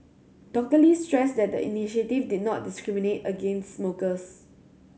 Doctor Lee stressed that the initiative did not discriminate against smokers